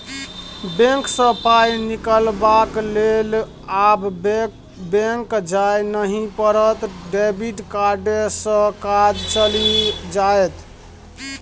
bank सँ पाय निकलाबक लेल आब बैक जाय नहि पड़त डेबिट कार्डे सँ काज चलि जाएत